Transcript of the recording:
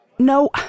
No